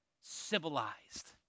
civilized